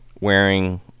wearing